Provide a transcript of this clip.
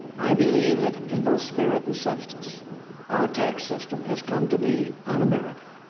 i believe that in both spirit and substance our tax system has come to be unamerican.